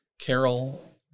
Carol